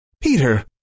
Peter